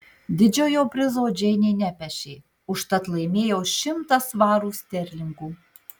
didžiojo prizo džeinė nepešė užtat laimėjo šimtą svarų sterlingų